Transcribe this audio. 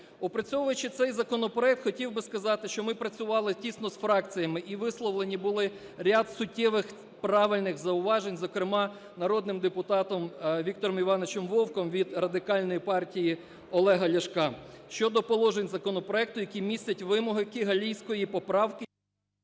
Опрацьовуючи цей законопроект, хотів би сказати, що ми працювали тісно з фракціями, і висловлені були ряд суттєвих, правильних зауважень, зокрема народним депутатом Віктором Івановичем Вовком від Радикальної партії Олега Ляшка. Щодо положень законопроекту, які містять вимоги Кігалійської поправки…